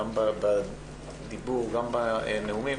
בדיבור וגם בנאומים